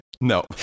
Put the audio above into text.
No